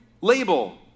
label